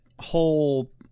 whole